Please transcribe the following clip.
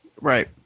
Right